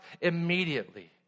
immediately